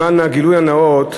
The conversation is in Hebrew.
למען הגילוי הנאות,